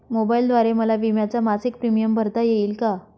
मोबाईलद्वारे मला विम्याचा मासिक प्रीमियम भरता येईल का?